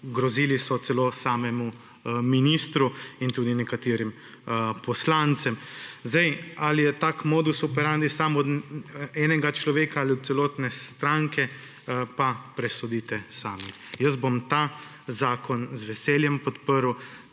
grozili so celo samemu ministru in tudi nekaterim poslancem. Ali je tak modus operandi sam od enega človeka ali celotne stranke pa presodite sami. Jaz bom ta zakon z veseljem podprl,